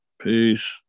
Peace